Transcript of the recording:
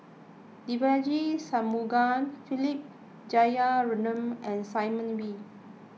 Devagi Sanmugam Philip Jeyaretnam and Simon Wee